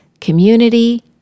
community